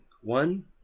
one